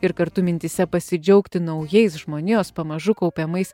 ir kartu mintyse pasidžiaugti naujais žmonijos pamažu kaupiamais